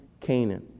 Canaan